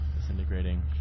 Disintegrating